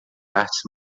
artes